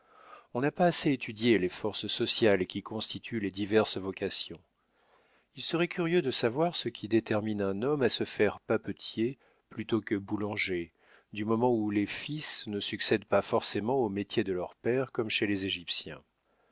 on n'a pas assez étudié les forces sociales qui constituent les diverses vocations il serait curieux de savoir ce qui détermine un homme à se faire papetier plutôt que boulanger du moment où les fils ne succèdent pas forcément au métier de leur père comme chez les égyptiens